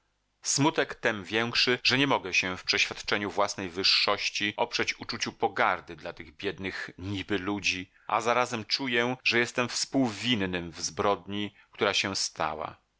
smutek tem większy że nie mogę się w przeświadczeniu własnej wyższości oprzeć uczuciu pogardy dla tych biednych niby ludzi a zarazem czuję że jestem współwinnym w zbrodni która się stała